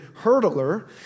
hurdler